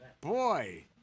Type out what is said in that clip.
Boy